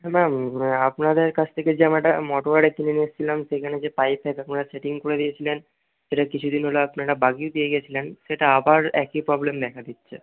হ্যাঁ ম্যাম আপনাদের কাছ থেকে যে আমি একটা মোটর গাড়ি কিনে নিয়ে এসেছিলাম সেইখানে যে পাইপের আপনারা সেটিং করে দিয়েছিলেন সেটা কিছু দিন হলো আপনারা লাগিয়ে দিয়ে গিয়েছিলেন সেটা আবার একই প্রবলেম দেখা দিচ্ছে